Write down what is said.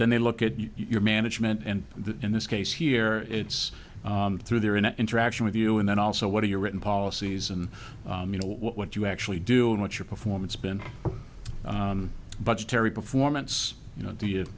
then they look at your management and in this case here it's through there in the interaction with you and then also what are your written policies and you know what you actually do and what your performance been budgetary performance